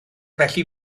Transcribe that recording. falle